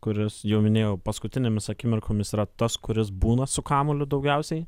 kuris jau minėjau paskutinėmis akimirkomis yra tas kuris būna su kamuoliu daugiausiai